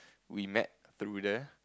we met through there